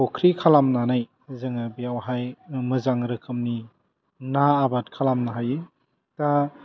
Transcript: फख्रि खालामनानै जोङो बेवहाय मोजां रोखोमनि ना आबाद खालामनो हायो दा